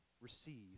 receive